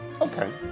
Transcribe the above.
Okay